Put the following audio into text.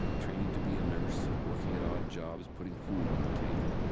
training to be a nurse, working at odd jobs, putting food on the table.